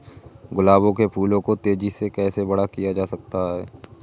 गुलाब के फूलों को तेजी से कैसे बड़ा किया जा सकता है?